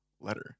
letter